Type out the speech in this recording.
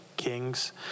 Kings